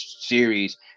series